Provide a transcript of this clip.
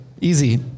Easy